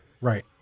Right